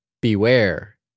beware